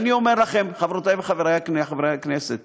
אני אומר לכם, חברותי וחברי חברי הכנסת,